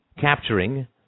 capturing